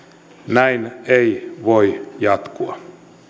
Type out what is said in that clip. näin ei voi jatkua